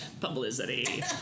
Publicity